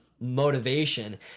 motivation